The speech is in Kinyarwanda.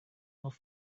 kongo